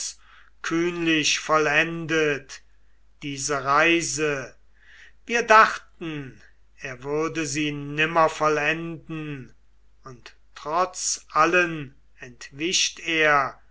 kühnlich vollendet diese reise wir dachten er würde sie nimmer vollenden und trotz allen entwischt er